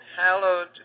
hallowed